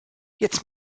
jetzt